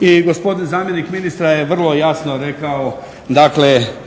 I gospodin zamjenik ministra je vrlo jasno rekao dakle